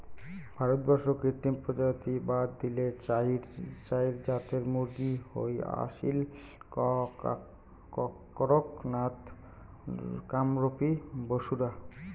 ভারতবর্ষত কৃত্রিম প্রজাতি বাদ দিলে চাইর জাতের মুরগী হই আসীল, কড়ক নাথ, কামরূপী, বুসরা